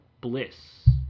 Bliss